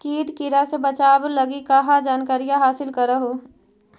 किट किड़ा से बचाब लगी कहा जानकारीया हासिल कर हू?